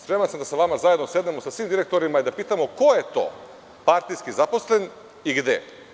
Spreman sam da sa vama zajedno sednemo sa svim direktorima i da pitamo ko je to partijski zaposlen i gde.